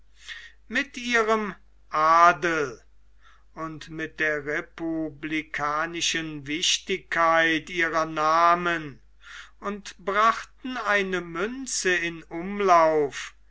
mit ihrem adel und mit der republikanischen wichtigkeit ihrer namen und brachten eine münze in umlauf